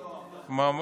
הוא ממלכתי.